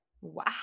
Wow